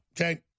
okay